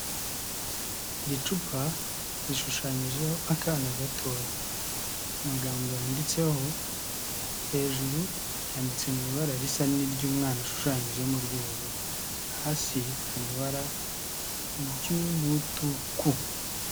Iri cupa rishushanyijeho akana gatoya, amagambo yanditseho, hejuru yanditse mu ibara risa n'iry'umwana ashushanyijemo ry'ubururu, hasi hari ibara ry'umutuku.